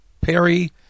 Perry